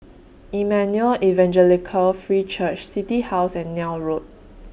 Emmanuel Evangelical Free Church City House and Neil Road